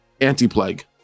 anti-plague